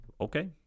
okay